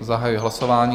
Zahajuji hlasování.